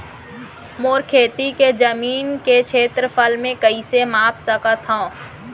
मोर खेती के जमीन के क्षेत्रफल मैं कइसे माप सकत हो?